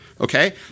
Okay